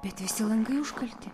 bet visi langai užkalti